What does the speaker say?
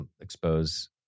expose